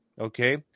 Okay